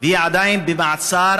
והיא עדיין במעצר,